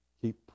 keep